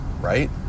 right